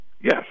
Yes